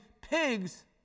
pigs